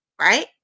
right